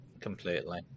Completely